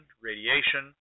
radiation